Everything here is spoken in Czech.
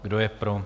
Kdo je pro?